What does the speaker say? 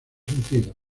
sentidos